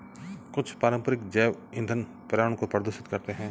कुछ पारंपरिक जैव ईंधन पर्यावरण को प्रदूषित करते हैं